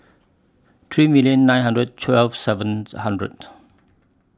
three million nine hundred twelve seventh hundred